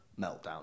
meltdown